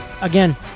again